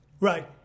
Right